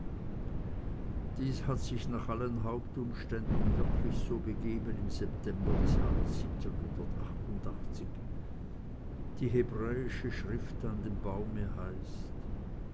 dies hat sich nach allen hauptumständen wirklich so begeben im september des jahres die hebräische schrift an dem baume heißt